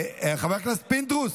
חבר הכנסת פינדרוס,